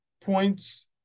points